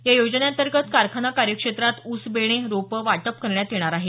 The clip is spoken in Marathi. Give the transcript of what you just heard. या योजनेअंतर्गत कारखाना कार्यक्षेत्रात ऊस बेणे रोपं वाटप करण्यात येणार आहे